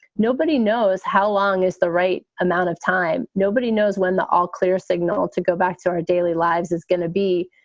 nobody knows how long is the right amount of time. nobody knows when the all clear signal to go back to our daily lives is going to be.